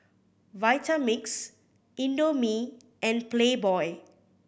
Vitamix Indomie and Playboy